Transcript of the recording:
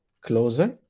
closer